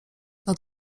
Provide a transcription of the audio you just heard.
nad